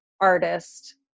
artist